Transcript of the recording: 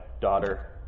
daughter